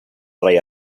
rey